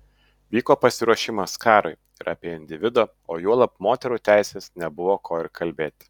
vyko pasiruošimas karui ir apie individo o juolab moterų teises nebuvo ko ir kalbėti